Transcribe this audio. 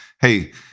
hey